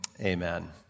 amen